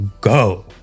go